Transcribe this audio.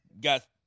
got